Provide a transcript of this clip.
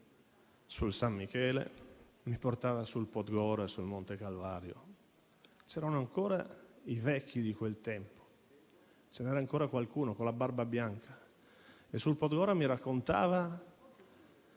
sul San Michele, sul Monte Podgora e sul Monte Calvario. C'erano ancora i vecchi di quel tempo, ce n'era ancora qualcuno con la barba bianca che sul Podgora mi raccontava